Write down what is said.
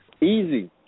Easy